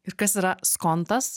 ir kas yra skontas